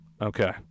Okay